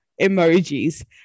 emojis